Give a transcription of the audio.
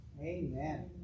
Amen